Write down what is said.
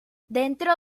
dentro